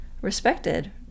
respected